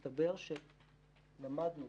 מסתבר, למדנו,